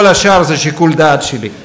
כל השאר זה שיקול דעת שלי.